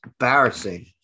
Embarrassing